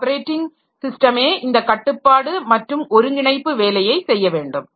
operating ஸிஸ்டமே இந்த கட்டுப்பாடு மற்றும் ஒருங்கிணைப்பு வேலையை செய்ய வேண்டும்